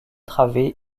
travées